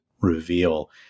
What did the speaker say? reveal